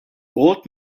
old